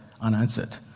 unanswered